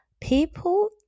people